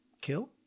kill